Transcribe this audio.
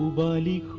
barley